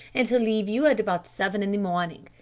and he'll leave you at about seven in the morning.